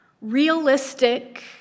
realistic